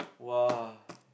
!wah!